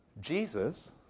Jesus